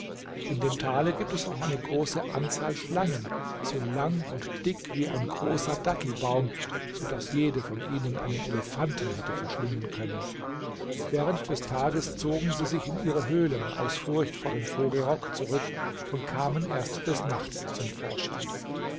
in dem tale gibt es auch eine große anzahl schlangen so lang und dick wie ein großer dattelbaum so daß jede von ihnen einen elefanten hätte verschlingen können während des tages zogen sie sich in ihre höhlen aus furcht vor dem vogel rock zurück und kamen erst des nachts zum vorschein